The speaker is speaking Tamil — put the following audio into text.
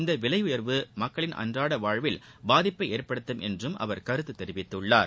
இந்த விலை உயர்வு மக்களின் அன்றாட வாழ்வில் பாதிப்பை ஏற்படுத்தும் என்றும் அவர் கருத்து தெரிவித்துள்ளார்